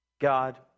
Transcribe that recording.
God